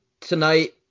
tonight